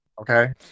Okay